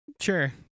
Sure